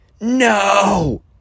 no